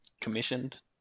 Commissioned